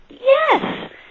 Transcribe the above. Yes